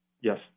Yes